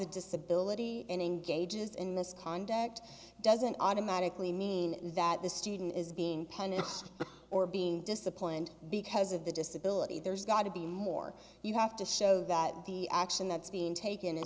a disability and engages in misconduct doesn't automatically mean that the student is being punished or being disciplined because of the disability there's got to be more you have to show that the action that's being taken i